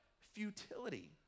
futility